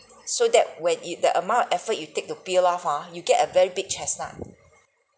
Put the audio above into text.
so that when you the amount of effort you take to peel off ah you get a very big chestnut